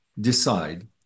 decide